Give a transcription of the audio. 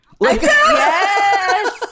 Yes